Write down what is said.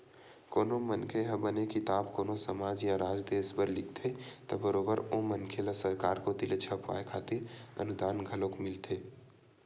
कोनो मनखे ह बने किताब कोनो समाज या राज देस बर लिखथे त बरोबर ओ मनखे ल सरकार कोती ले छपवाय खातिर अनुदान घलोक मिलथे